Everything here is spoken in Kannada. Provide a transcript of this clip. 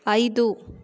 ಐದು